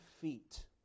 feet